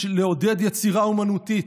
יש לעודד יצירה אומנותית,